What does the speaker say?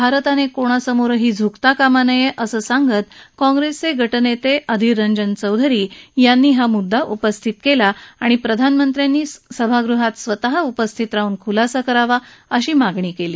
भारत कुणासमोरही झुकता कामा नये अस आपति काँग्रेसचे गटनेते अधीर रज्ञि चौधरी यात्ती हा मुद्रा उपस्थित केला आणि प्रधानमच्चितीी सभागृहात स्वतः उपस्थित राहून खुलासा करावा अशी मागणी केली